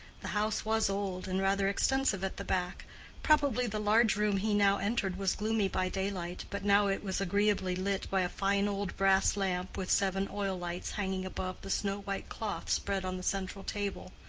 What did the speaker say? the house was old, and rather extensive at the back probably the large room he now entered was gloomy by daylight, but now it was agreeably lit by a fine old brass lamp with seven oil-lights hanging above the snow-white cloth spread on the central table.